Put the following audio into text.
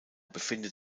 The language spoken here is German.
befindet